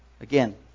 again